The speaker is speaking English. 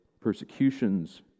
persecutions